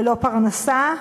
ללא פרנסה,